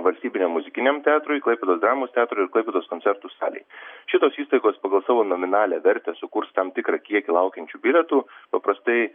valstybiniam muzikiniam teatrui klaipėdos dramos teatrui ir klaipėdos koncertų salei šitos įstaigos pagal savo nominalią vertę sukurs tam tikrą kiekį laukiančių bilietų paprastai